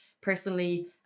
personally